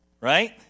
right